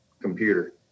computer